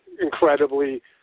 incredibly